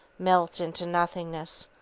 melt into nothingness,